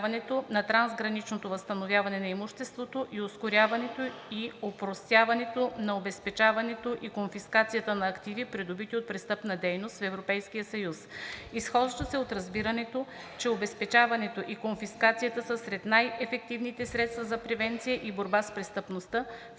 разбирането, че обезпечаването и конфискацията са сред най-ефективните средства за превенция и борба с престъпността,